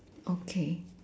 okay